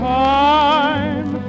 time